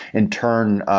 and turn,